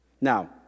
Now